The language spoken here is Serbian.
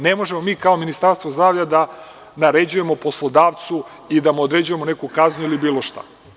Ne možemo mi kao Ministarstvo zdravlja da naređujemo poslodavcu i da mu određujemo neku kaznu ili bilo šta.